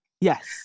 yes